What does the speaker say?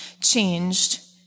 changed